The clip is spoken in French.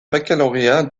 baccalauréat